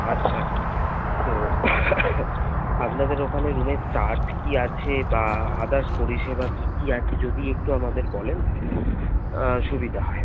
আচ্ছা তো আপনাদের ওখানে রুমের চার্জ কী আছে বা আদার্স পরিষেবা কী কী আছে যদি একটু আমাদের বলেন সুবিধা হয়